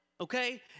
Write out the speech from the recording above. Okay